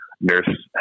Nurse